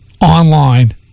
online